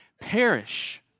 perish